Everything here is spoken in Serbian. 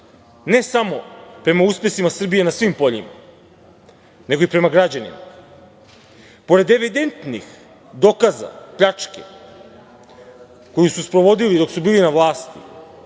ne samo prema uspesima Srbije na svim poljima, nego i prema građanima. Pored evidentnih dokaza pljačke koju su sprovodili dok su bili na vlasti,